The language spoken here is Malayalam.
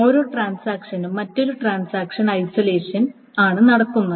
ഓരോ ട്രാൻസാക്ഷനും മറ്റൊരു ട്രാൻസാക്ഷൻ ഐസലേഷൻ ആണ് നടക്കുന്നത്